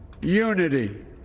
Unity